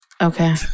Okay